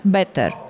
better